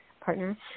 partner